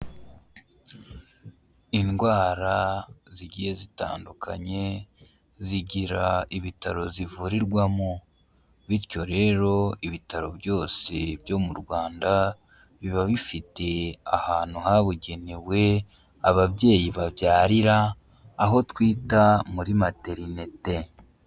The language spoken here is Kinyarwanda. Indwara zigiye zitandukanye zigira ibitaro zivurirwamo, bityo rero ibitaro byose byo mu Rwanda biba bifite ahantu habugenewe ababyeyi babyarira aho twita muri materinete.